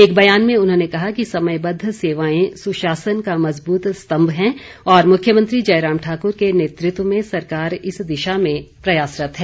एक बयान में उन्होंने कहा कि समयबद्व सेवाएं सुशासन का मज़बूत स्तम्भ हैं और मुख्यमंत्री जयराम ठाकुर के नेतृत्व में सरकार इस दिशा में प्रयासरत है